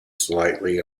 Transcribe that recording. slightly